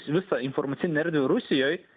visą informacinę erdvę rusijoj